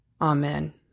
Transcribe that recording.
Amen